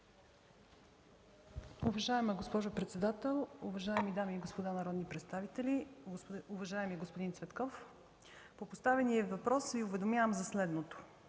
Уважаема госпожо председател, уважаеми дами и господа народни представители! Уважаеми господин Цветков, по поставения въпрос Ви уведомявам за следното: